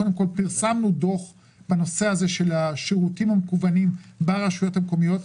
פרסמנו דוח בנושא הזה של השירותים המקוונים ברשויות המקומיות.